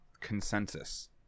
consensus